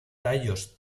tallos